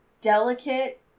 delicate